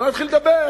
בואו נתחיל לדבר.